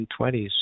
1920s